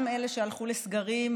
גם אלה שהלכו לסגרים,